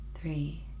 three